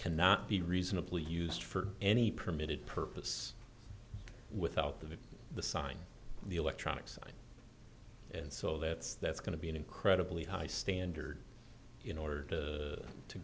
cannot be reasonably used for any permitted purpose without the sign the electronic side and so that's that's going to be an incredibly high standard in order to